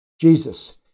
Jesus